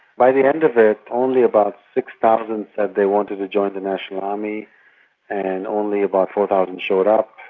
by the end of that ah only about six thousand said they wanted to join the national army and only about four thousand showed up.